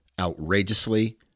outrageously